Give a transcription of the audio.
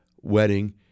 wedding